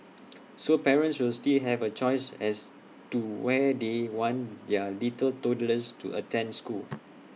so parents will still have A choice as to where they want their little toddlers to attend school